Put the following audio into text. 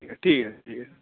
ٹھیک ہے ٹھیک ہے